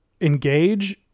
engage